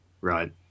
right